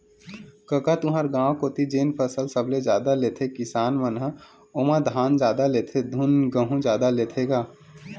कका तुँहर गाँव कोती जेन फसल सबले जादा लेथे किसान मन ह ओमा धान जादा लेथे धुन गहूँ जादा लेथे गा?